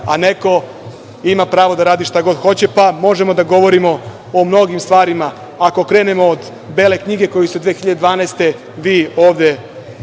a neko ima pravo da radi šta god hoće, pa možemo da govorimo o mnogim stvarima. Ako krenemo od Bele knjige, koju ste vi ovde